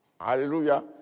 Hallelujah